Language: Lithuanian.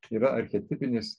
tai yra archetipinis